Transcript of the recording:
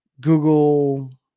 Google